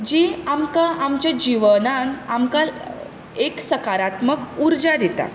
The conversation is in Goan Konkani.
जी आमकां आमच्या जिवनान आमकां एक सकारात्मक उर्जा दिता